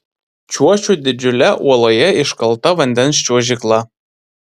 čiuošiu didžiule uoloje iškalta vandens čiuožykla